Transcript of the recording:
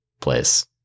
place